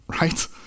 right